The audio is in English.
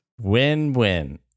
Win-win